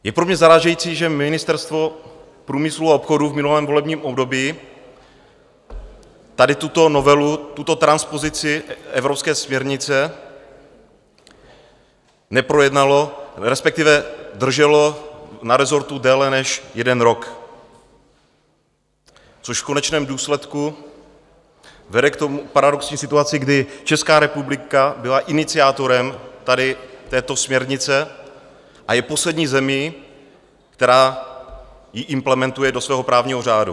Je pro mě zarážející, že Ministerstvo průmyslu a obchodu v minulém volebním období tady tuto novelu, tuto transpozici evropské směrnice neprojednalo, respektive drželo na rezortu déle než jeden rok, což v konečném důsledku vede k paradoxní situaci, kdy Česká republika byla iniciátorem tady této směrnice a je poslední zemí, která ji implementuje do svého právního řádu.